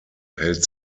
hält